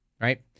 right